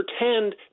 pretend